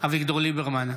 אביגדור ליברמן,